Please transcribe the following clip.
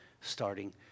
starting